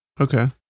Okay